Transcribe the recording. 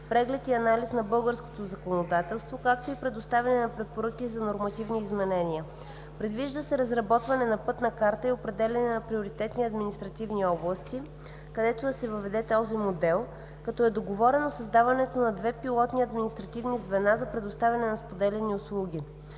преглед и анализ на българското законодателство, както и предоставяне на препоръки за нормативни изменения. Предвижда се разработване на пътна карта и определяне на приоритетни административни области, където да се въведе този модел, като е договорено създаването на две пилотни административни звена за предоставяне на споделени услуги.